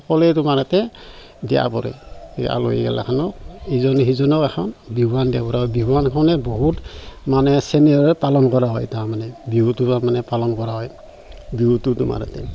সকলোৱে তোমাৰ ইয়াতে দিয়া পৰে আলহীগিলাখনক ইজনে সিজনক এখন বিহুৱান দিয়ে বিহুৱানখনে বহুত মানে চেনেহৰে পালন কৰা হয় তাৰমানে বিহুটো মানে পালন কৰা হয় বিহুটোত তোমাৰ ইয়াতে